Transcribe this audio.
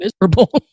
miserable